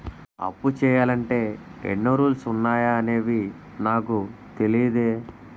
అప్పు చెయ్యాలంటే ఎన్నో రూల్స్ ఉన్నాయా అవేవీ నాకు తెలీదే